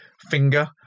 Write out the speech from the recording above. finger